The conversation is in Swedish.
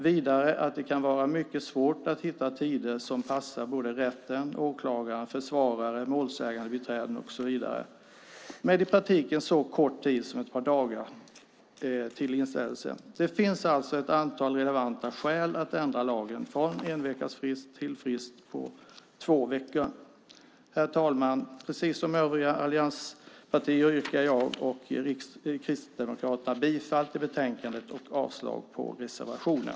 Vidare kan det vara mycket svårt att hitta tider som passar rätten, åklagaren, försvarare och målsägandebiträden och så vidare med i praktiken så kort tid som ett par dagar till inställelse. Det finns alltså ett antal relevanta skäl att ändra lagen från enveckasfrist till frist på två veckor. Herr talman! Precis som övriga allianspartier yrkar jag och Kristdemokraterna bifall till förslaget i betänkandet och avslag på reservationen.